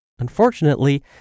Unfortunately